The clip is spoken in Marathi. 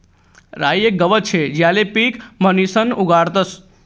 राई येक गवत शे ज्याले पीक म्हणीसन उगाडतस